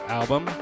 album